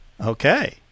Okay